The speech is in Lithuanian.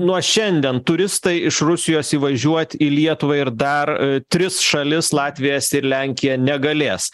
nuo šiandien turistai iš rusijos įvažiuot į lietuvą ir dar tris šalis latviją estiją ir lenkiją negalės